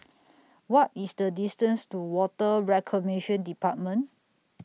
What IS The distance to Water Reclamation department